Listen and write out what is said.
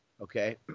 okay